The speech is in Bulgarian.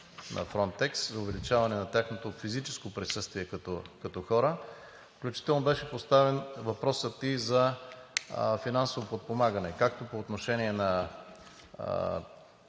на Frontex, за увеличаване на тяхното физическо присъствие като хора, включително беше поставен въпросът и за финансово подпомагане, както по отношение на